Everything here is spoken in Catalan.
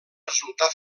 resultar